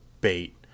bait